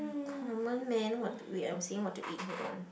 common man what to wait I'm seeing what to eat hold on